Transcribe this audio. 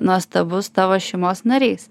nuostabus tavo šeimos narys